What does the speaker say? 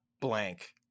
blank